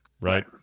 right